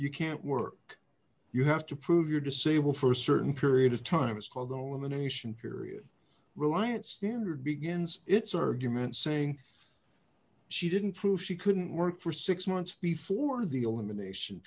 you can't work you have to prove you're disabled for certain period of time it's called the hole in the nation period reliance standard begins its argument saying she didn't prove she couldn't work for six months before the elimination